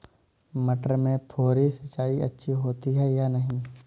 मटर में फुहरी सिंचाई अच्छी होती है या नहीं?